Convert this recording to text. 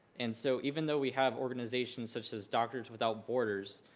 and so, even though we have organizations such as doctors without borders,